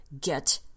get